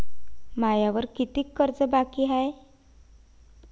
मायावर कितीक कर्ज बाकी हाय?